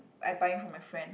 I buying for my friend